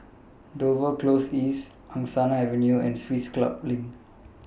Dover Close East Angsana Avenue and Swiss Club LINK